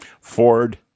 Ford